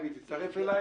אם היא תצטרף אליי,